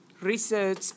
research